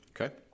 Okay